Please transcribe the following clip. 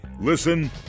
Listen